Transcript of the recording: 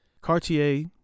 Cartier